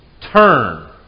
Turn